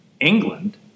England